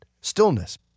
stillness